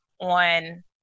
on